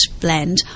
blend